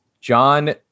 John